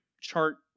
chart